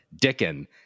Dickon